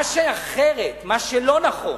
מה שאחרת, מה שלא נכון,